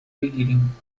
بگیریم